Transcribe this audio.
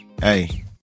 Hey